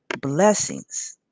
Blessings